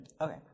Okay